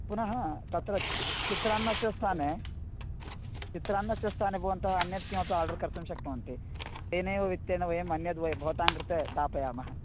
पुनः तत्र च चित्रान्नस्य स्थाने चित्रान्नस्य स्थाने भवन्तः अन्यद् किमपि आर्डर् कर्तुं शक्नुवन्ति तेनैव वित्तेन वयम् अन्यद् वयं भवतां कृते दापयामः